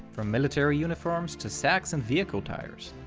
from military uniforms to sacks and vehicle tires.